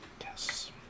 Yes